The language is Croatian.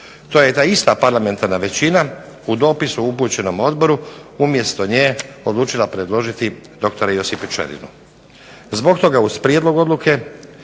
to je ta ista parlamentarna većina u dopisu upućenom odboru umjesto nje odlučila predložiti doktora Josipa Čerinu.